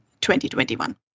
2021